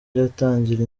iratangira